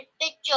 picture